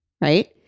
Right